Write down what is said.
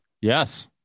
Yes